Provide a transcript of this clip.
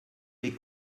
des